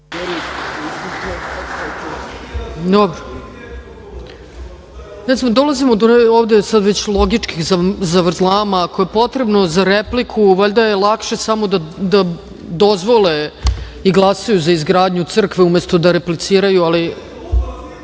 Dolazimo ovde sad već do logičkih zavrzlama. Ako je potrebno za repliku, valjda je lakše samo da dozvole i glasaju za izgradnju crkve umesto da repliciraju. Da